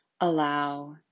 allow